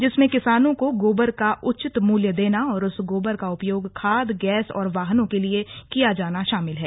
जिसमें किसानों को गोबर का उचित मूल्य देना और उस गोबर का उपयोग खाद गैस और वाहनों के लिये किया जाना शामिल है